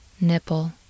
nipple